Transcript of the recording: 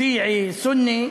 שיעי, סוני,